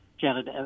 Janet